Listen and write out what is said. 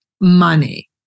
money